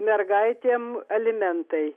mergaitėm alimentai